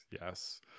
Yes